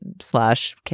slash